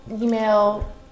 email